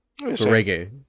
Reggae